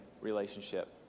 relationship